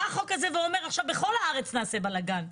בא החוק הזה ואומר עכשיו בכל הארץ נעשה בלגן.